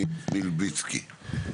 בבקשה.